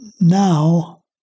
now